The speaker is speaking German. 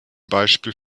beispiel